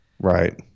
Right